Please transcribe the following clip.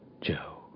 Joe